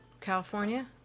California